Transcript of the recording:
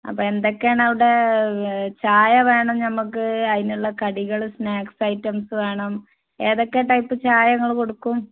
അപ്പോൾ എന്തൊക്കെയാണവിടെ ചായ വേണം ഞമ്മക്ക് അതിനുള്ള കടികൾ സ്നാക്സ് ഐറ്റംസ് വേണം ഏതൊക്കെ ടൈപ്പ് ചായ നിങ്ങൾ കൊടുക്കും